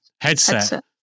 Headset